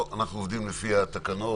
פה אנחנו עובדים לפי התקנות.